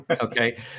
Okay